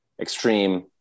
extreme